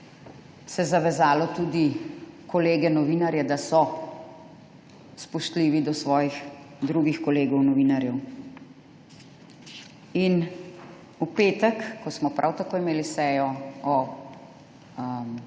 se zavezalo tudi kolege novinarje, da so spoštljivi do svojih drugih kolegov novinarjev. V petek, ko smo prav tako imeli sejo o